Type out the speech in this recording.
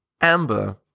Amber